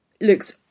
looks